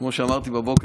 כמו שאמרתי בבוקר,